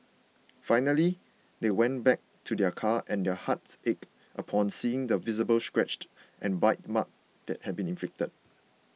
finally they went back to their car and their hearts ached upon seeing the visible scratches and bite marks that had been inflicted